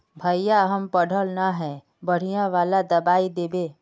भैया हम पढ़ल न है बढ़िया वाला दबाइ देबे?